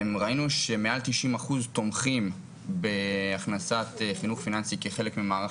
ראינו שמעל 90% תומכים בהכנסת חינוך פיננסי כחלק ממערך